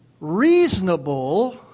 reasonable